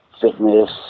fitness